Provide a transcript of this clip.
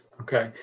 Okay